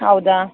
ಹೌದಾ